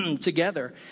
together